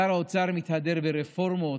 שר האוצר מתהדר ברפורמות,